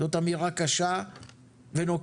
זאת אמירה קשה ונוקבת,